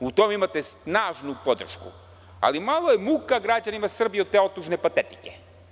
U tome imate snažnu podršku, ali malo je muka građanima Srbije od te otužne patetike.